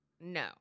No